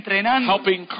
Helping